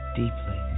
deeply